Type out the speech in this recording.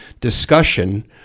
discussion